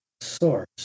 Source